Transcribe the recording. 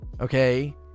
okay